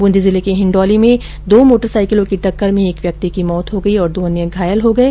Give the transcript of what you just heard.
बूंदी जिले के हिंडोली में दो मोटरसाईकिलों की टक्कर में एक व्यक्ति की मौत हो गई और दो अन्य घायल हो गये